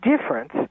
difference